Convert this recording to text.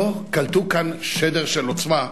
לא קלטו כאן שדר של עוצמה,